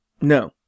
no